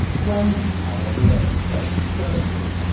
guan yu, however, said sternly,